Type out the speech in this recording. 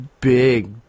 big